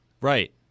Right